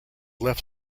left